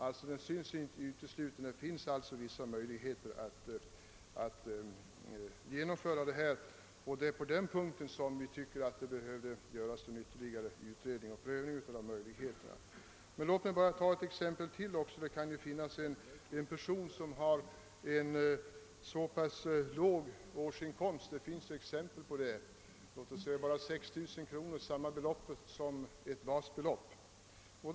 Det är detta som reservanterna har velat peka på. Det finns sålunda vissa möjligheter att genomföra en ändring, och därför tycker vi att det bör göras en ytterligare utredning och prövning av möjligheterna i det fallet. Låt mig ta ännu ett exempel. Vi kan tänka oss en person med så låg årsinkomst som 6 000 kronor, alltså motsvarande ett års basbelopp. Det finns faktiskt sådana fall.